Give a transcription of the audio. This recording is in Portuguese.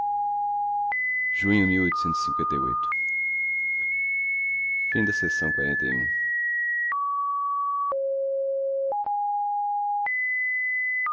o peito de